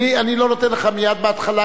אני לא נותן לך מייד בהתחלה,